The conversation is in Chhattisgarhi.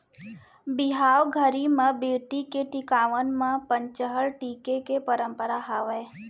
बिहाव घरी म बेटी के टिकावन म पंचहड़ टीके के परंपरा हावय